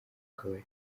kabari